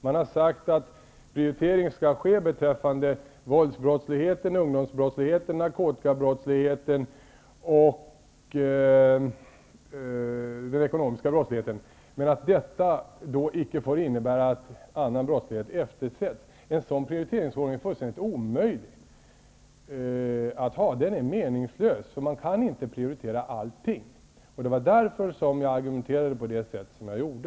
Man har sagt att prioritering skall ske beträffande våldsbrottsligheten, ungdomsbrottsligheten, narkotikabrottsligheten och den ekonomiska brottsligheten, men att detta icke får innebära att annan brottslighet eftersätts. En sådan prioriteringsordning är fullständigt omöjlig. Den är meningslös; man kan inte prioritera allting. Det var därför som jag argumenterade på det sätt som jag gjorde.